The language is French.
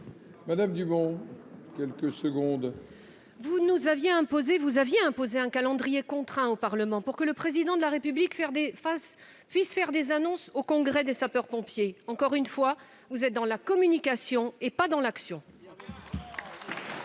Françoise Dumont, pour la réplique. Vous aviez imposé un calendrier contraint au Parlement pour que le Président de la République puisse faire des annonces au congrès des sapeurs-pompiers. Encore une fois, vous êtes dans la communication, et non dans l'action